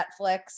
Netflix